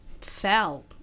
fell